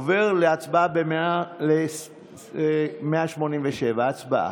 עוברים להצבעה על 187. הצבעה.